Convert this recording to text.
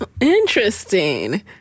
Interesting